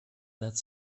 that